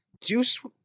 Juice